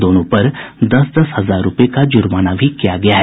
दोनों पर दस दस हजार रूपये का जुर्माना भी किया गया है